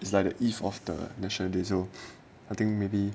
it's like the eve of the national day so I think maybe